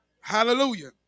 Hallelujah